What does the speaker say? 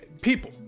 people